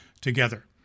together